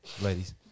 Ladies